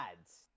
ads